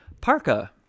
parka